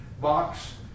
box